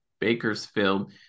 Bakersfield